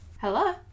Hello